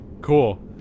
cool